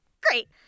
great